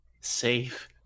safe